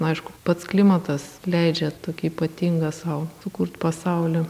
aišku pats klimatas leidžia tokį ypatingą sau sukurt pasaulį